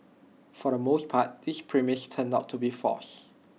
for the most part this premise turned out to be false